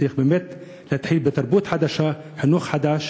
צריך באמת להתחיל בתרבות חדשה, חינוך חדש